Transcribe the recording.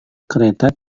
kereta